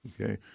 Okay